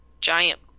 giant